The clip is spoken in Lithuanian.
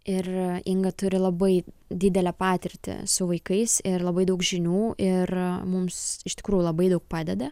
ir inga turi labai didelę patirtį su vaikais ir labai daug žinių ir mums iš tikrųjų labai daug padeda